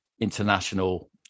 international